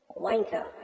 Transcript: wanker